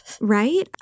Right